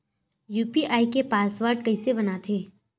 UPI के password कइसे बनाथे?